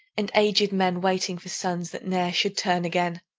and aged men waiting for sons that ne'er should turn again,